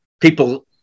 people